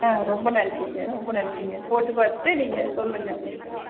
ஆ ரொம்ப நன்றிங்க ரொம்ப நன்றிங்க போட்டு பார்த்துட்டு நீங்கள் சொல்லுங்கள் அவங்க கிட்டே